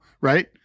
Right